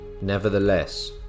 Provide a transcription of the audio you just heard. Nevertheless